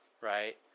Right